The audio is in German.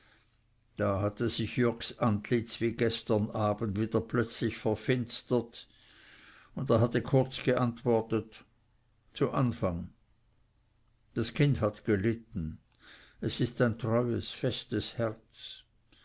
da hatte sich jürgs antlitz wie gestern abend wieder plötzlich verfinstert und er hatte kurz geantwortet zu anfang das kind hat gelitten es ist ein treues festes herz